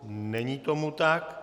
Není tomu tak.